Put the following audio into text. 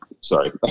Sorry